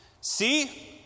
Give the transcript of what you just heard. See